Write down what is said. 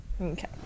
Okay